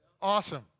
Awesome